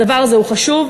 הדבר הזה הוא חשוב,